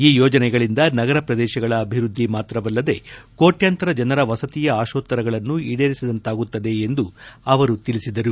ಈ ಯೋಜನೆಗಳಿಂದ ನಗರ ಪ್ರದೇಶಗಳ ಅಭಿವ್ಬದ್ದಿ ಮಾತ್ರವಲ್ಲದೆ ಕೋಟ್ಯಂತರ ಜನರ ವಸತಿಯ ಆಶೋತ್ತರಗಳನ್ನು ಈಡೇರಿಸಿದಂತಾಗುತ್ತದೆ ಎಂದು ಅವರು ತಿಳಿಸಿದರು